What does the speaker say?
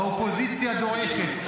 האופוזיציה דועכת.